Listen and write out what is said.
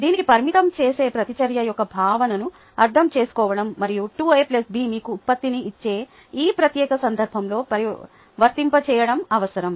దీనికి పరిమితం చేసే ప్రతిచర్య యొక్క భావనను అర్థం చేసుకోవడం మరియు 2A B మీకు ఉత్పత్తిని ఇచ్చే ఈ ప్రత్యేక సందర్భంలో వర్తింపచేయడం అవసరం